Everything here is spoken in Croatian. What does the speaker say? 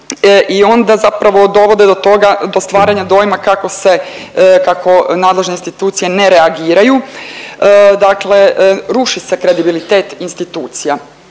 i onda zapravo dovode do toga, do stvaranja dojma kako se, kako nadležne institucije ne reagiraju. Dakle ruši se kredibilitet institucija